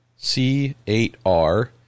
C8R